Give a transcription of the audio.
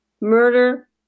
Murder